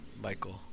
Michael